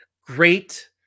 Great